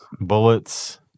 bullets